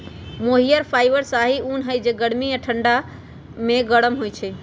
मोहिर fibre शाहि उन हइ के गर्मी में ठण्डा आऽ ठण्डा में गरम होइ छइ